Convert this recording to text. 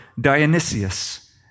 Dionysius